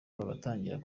bagatangira